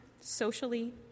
socially